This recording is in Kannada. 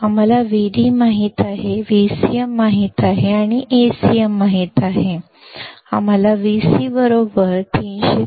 ನಮಗೆ Vd ತಿಳಿದಿದೆ ನಮಗೆ Vcm ತಿಳಿದಿದೆ ನಮಗೆ Acm ತಿಳಿದಿದೆ